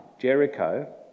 Jericho